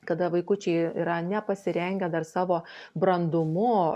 kada vaikučiai yra nepasirengę dar savo brandumu